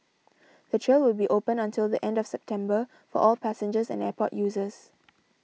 the trail will be open until the end of September for all passengers and airport users